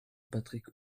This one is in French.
patrick